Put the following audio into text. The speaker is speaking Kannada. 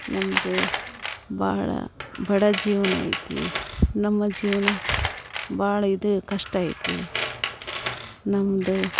ನಮ್ಮದು ಭಾಳ ಬಡ ಜೀವ್ನ ಐತಿ ನಮ್ಮ ಜೀವನ ಭಾಳ ಇದು ಕಷ್ಟ ಐತಿ ನಮ್ಮದು